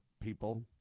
people